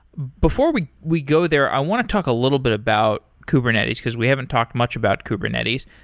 before we we go there, i want to talk a little bit about kubernetes, because we haven't talked much about kubernetes.